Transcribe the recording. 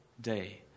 day